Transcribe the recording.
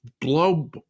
blow